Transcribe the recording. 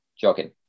jogging